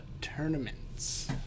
tournaments